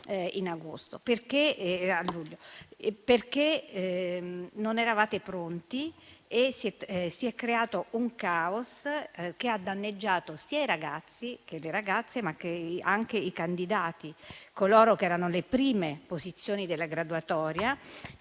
luglio. Non eravate pronti e si è creato un caos che ha danneggiato sia i ragazzi e le ragazze, ma anche i candidati, coloro che erano nelle prime posizioni della graduatoria,